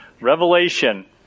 Revelation